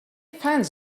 fans